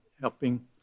helping